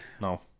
No